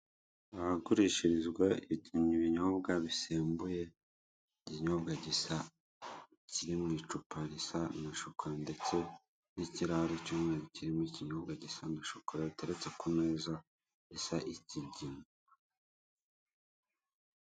Ahagurishirizwa ibinyobwa bisembuye ikinyobwa gisa kiri mu icupa risa nka shokora ndetse n'ikirahure cy'umweru kirimo ikinyobwa gisa nka shokora giteretse ku meza asa ikigina.